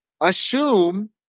assume